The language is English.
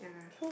yeah